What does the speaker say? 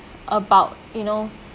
about you know